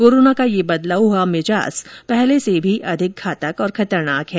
corona का यह बदला हुआ मिजाज पहले से भी अधिक घातक और खतरनाक है